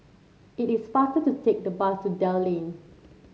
it is faster to take the bus to Dell Lane